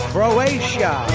Croatia